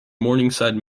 morningside